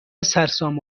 سرسام